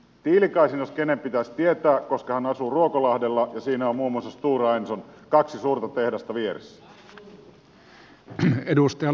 tiilikaisen jos kenen pitäisi tämä tietää koska hän asuu ruokolahdella ja siinä on muun muassa stora enson kaksi suurta tehdasta vieressä